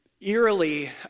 eerily